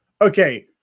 Okay